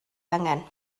angen